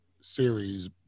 series